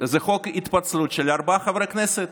הוא חוק התפצלות של ארבעה חברי כנסת.